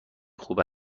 خوب